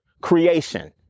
creation